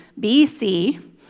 BC